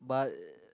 but